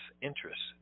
interests